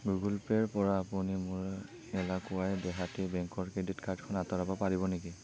Google পে'ৰ পৰা আপুনি মোৰ এলাকুৱাই দেহাতী বেংকৰ ক্ৰেডিট কাৰ্ডখন আঁতৰাব পাৰিব নেকি